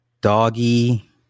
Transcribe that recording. Doggy